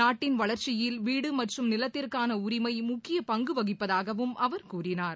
நாட்டின் வளர்ச்சியில் வீடு மற்றும் நிலத்திற்கான உரிமை முக்கிய பங்கு வகிப்பதாகவும் அவர் கூறினார்